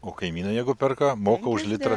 o kaimynai jeigu perka moka už litrą